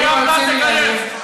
שגם תענה על השינויים שצריך להכניס.